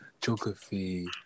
Geography